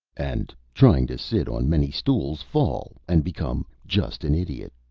and, trying to sit on many stools, fall and become just an idiot,